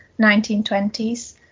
1920s